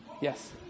Yes